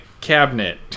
cabinet